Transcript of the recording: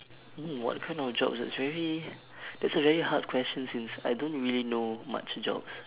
mm what kind of job it's really that's a very hard question since I don't really know much jobs